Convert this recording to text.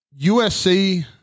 USC